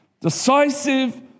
decisive